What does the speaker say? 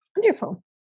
Wonderful